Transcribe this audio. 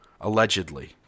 allegedly